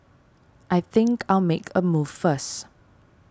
I think I'll make a move first